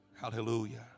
Hallelujah